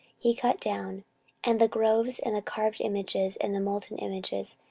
he cut down and the groves, and the carved images, and the molten images,